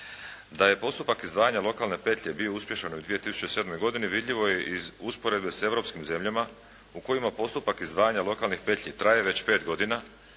Da je postupak izdvajanja lokalne petlje bio uspješan u 2007. godini vidljivo je iz usporedbe s europskim zemljama u kojima postupak izdvajanja lokalnih petlji traje već 5 godina